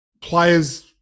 Players